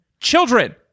children